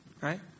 Right